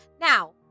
Now